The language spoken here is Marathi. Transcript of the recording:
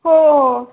हो हो